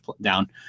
down